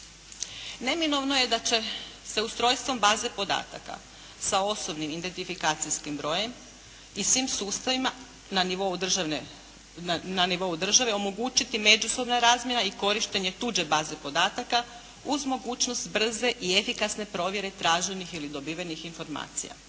Neminovno je da će se ustrojstvom baze podataka sa osobnim identifikacijskim brojem i svim sustavima na nivou države omogućiti međusobna razmjena i korištenje tuđe baze podataka uz mogućnost brze i efikasne provjere traženih ili dobivenih informacija.